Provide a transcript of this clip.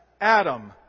Adam